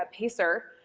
ah pacer,